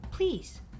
Please